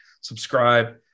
subscribe